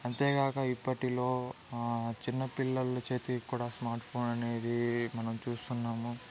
అంతేకాక ఇప్పటిలో చిన్న పిల్లల చేతికి కూడా స్మార్ట్ ఫోన్ అనేది మనం చూస్తున్నాము